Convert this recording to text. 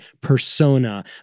persona